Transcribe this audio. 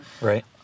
Right